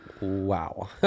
Wow